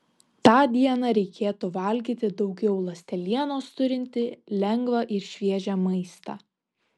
tą dieną reikėtų valgyti daugiau ląstelienos turintį lengvą ir šviežią maistą